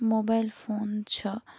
mobile phone چھُ